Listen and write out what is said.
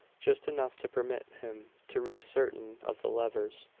just enough to permit him to reach certain of the levers.